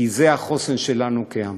כי זה החוסן שלנו כעם.